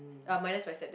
I will minus my step dad